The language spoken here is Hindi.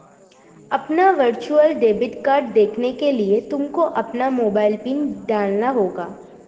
अपना वर्चुअल डेबिट कार्ड देखने के लिए तुमको अपना मोबाइल पिन डालना होगा